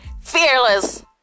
fearless